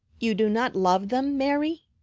you do not love them, mary?